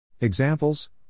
Examples